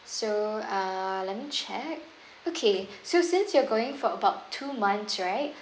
so uh let me check okay so since you're going for about two months right